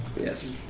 Yes